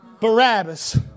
Barabbas